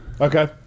Okay